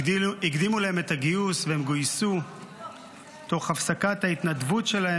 הקדימו להם את הגיוס והם גויסו תוך הפסקת ההתנדבות שלהם